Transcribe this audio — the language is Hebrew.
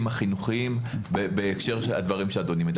החינוכיים בהקשר של הדברים שאדוני מדבר עליהם.